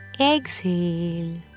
exhale